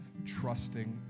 trusting